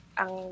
ang